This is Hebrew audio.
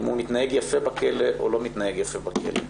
אם הוא מתנהג יפה בכלא או לא מתנהג יפה בכלא.